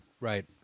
right